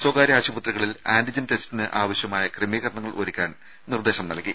സ്വകാര്യ ആശുപത്രികളിൽ ആന്റിജൻ ടെസ്റ്റിന് ആവശ്യമായ ക്രമീകരണങ്ങൾ ഒരുക്കാൻ നിർദ്ദേശം നൽകി